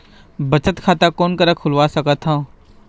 बचत खाता कोन करा खुलवा सकथौं?